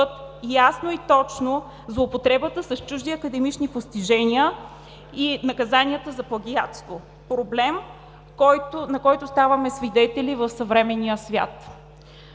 ясно и точно злоупотребата с чужди академични постижения и наказанията за плагиатство – проблем, на който ставаме свидетели в съвременния свят.